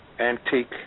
antique